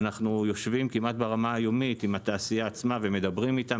אנחנו יושבים כמעט ברמה היומית עם התעשייה עצמה ומדברים איתה.